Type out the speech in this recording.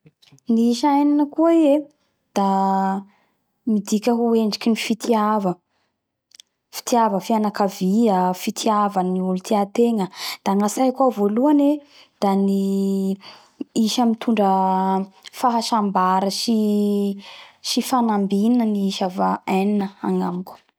Ny isa enina koa izy e da midika ho endriky ny fitiava fitiava fianakavia fitiava olo tia tegna da gnatsaiko ao voalohany e da ny isa mitondra ny fahasambara sy sy fanambina va enina agnamiko